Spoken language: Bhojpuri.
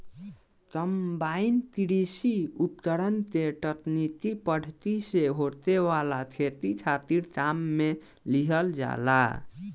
कंबाइन कृषि उपकरण के तकनीकी पद्धति से होखे वाला खेती खातिर काम में लिहल जाला